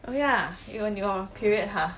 oh ya you on your period ha